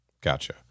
gotcha